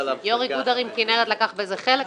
יושב-ראש איגוד ערים כנרת לקח בזה חלק.